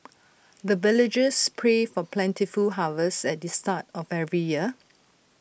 the villagers pray for plentiful harvest at the start of every year